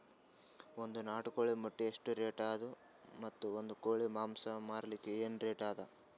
ಒಂದ್ ನಾಟಿ ಕೋಳಿ ಮೊಟ್ಟೆ ಎಷ್ಟ ರೇಟ್ ಅದ ಮತ್ತು ಒಂದ್ ಕೋಳಿ ಮಾಂಸ ಮಾರಲಿಕ ಏನ ರೇಟ್ ಅದ?